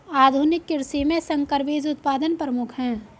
आधुनिक कृषि में संकर बीज उत्पादन प्रमुख है